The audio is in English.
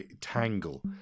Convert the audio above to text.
tangle